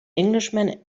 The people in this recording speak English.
englishman